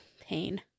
pain